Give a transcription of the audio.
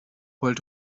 heult